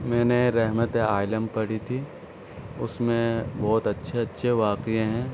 میں نے رحمتِ عالم پڑھی تھی اس میں بہت اچّھے اچّھے واقعے ہیں